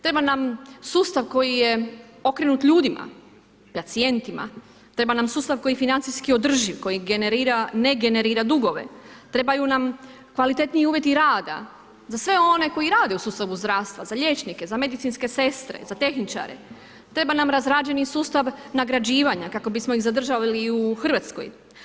Treba nam sustav koji je okrenut ljudima, pacijentima, treba nam sustav, koji financijski održiv, koji ne generira dugove, trebaju nam kvalitetniji uvjeti rada, za sve one koji rade u sustavu zdravstva, za liječnike, za medicinske sestre, za tehničare treba nam razrađeni sustav nagrađivanja, kako bismo ih zadržali i u Hrvatsku.